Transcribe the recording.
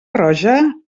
roja